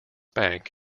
bank